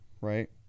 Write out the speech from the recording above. right